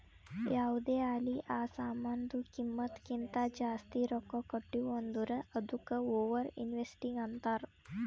ಯಾವ್ದೇ ಆಲಿ ಆ ಸಾಮಾನ್ದು ಕಿಮ್ಮತ್ ಕಿಂತಾ ಜಾಸ್ತಿ ರೊಕ್ಕಾ ಕೊಟ್ಟಿವ್ ಅಂದುರ್ ಅದ್ದುಕ ಓವರ್ ಇನ್ವೆಸ್ಟಿಂಗ್ ಅಂತಾರ್